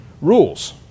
rules